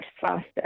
faster